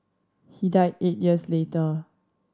he died eight years later